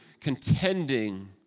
contending